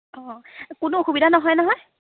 অঁ কোনো অসুবিধা নহয় নহয়